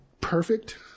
perfect